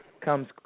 comes